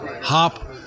hop